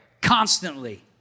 constantly